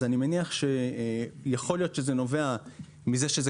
אני מניח שיכול להיות שזה נובע מכך שזה